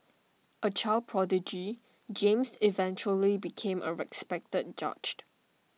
A child prodigy James eventually became A respected judged